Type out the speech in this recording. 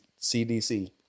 CDC